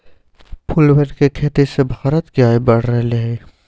फूलवन के खेती से भारत के आय बढ़ रहले है